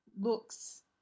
looks